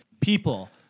People